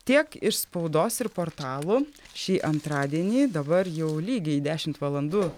tiek iš spaudos ir portalų šį antradienį dabar jau lygiai dešimt valandų